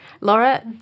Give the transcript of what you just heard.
Laura